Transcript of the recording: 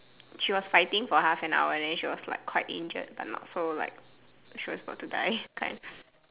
she was fighting for half an hour then she was like quite injured but not so like she was about to die kind